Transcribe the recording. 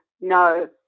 no